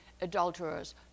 adulterers